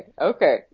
okay